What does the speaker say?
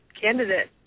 candidate